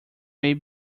may